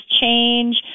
change